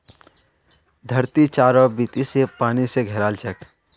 धरती चारों बीती स पानी स घेराल छेक